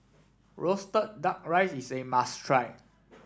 roasted duck rice is a must try